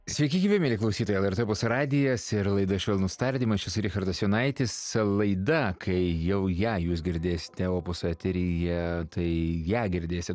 sveiki gyvi mieli klausytojai lrt opus radijas ir laida švelnūs tardymai aš esu richardas jonaitis laida kai jau ją jūs girdėsite opuso eteryje tai ją girdėsit